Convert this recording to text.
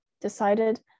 decided